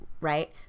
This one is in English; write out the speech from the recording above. Right